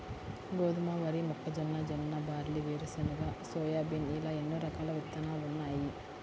గోధుమ, వరి, మొక్కజొన్న, జొన్న, బార్లీ, వేరుశెనగ, సోయాబీన్ ఇలా ఎన్నో రకాల విత్తనాలున్నాయి